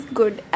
good